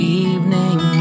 evening